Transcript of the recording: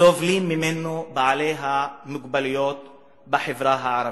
סובלים בעלי המוגבלויות בחברה הערבית.